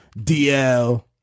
DL